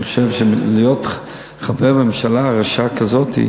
אני חושב שלהיות חבר בממשלה רשעה כזאת,